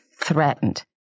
threatened